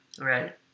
Right